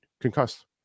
concussed